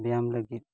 ᱵᱮᱭᱟᱢ ᱞᱟᱹᱜᱤᱫ